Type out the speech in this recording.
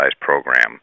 program